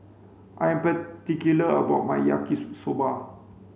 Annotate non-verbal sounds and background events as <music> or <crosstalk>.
I am particular about my Yaki <unintelligible> soba